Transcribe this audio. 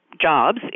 jobs